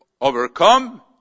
overcome